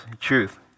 truth